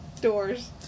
doors